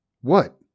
What